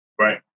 right